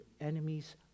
enemies